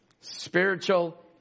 Spiritual